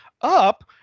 up